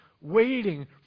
waiting